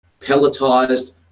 pelletized